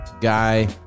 guy